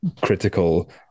critical